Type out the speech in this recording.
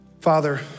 Father